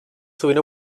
sovint